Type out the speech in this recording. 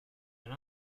and